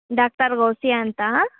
doctor ಓಸಿಯಾ ಅಂತ